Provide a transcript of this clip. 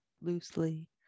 loosely